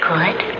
Good